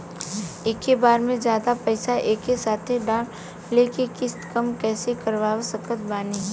एके बार मे जादे पईसा एके साथे डाल के किश्त कम कैसे करवा सकत बानी?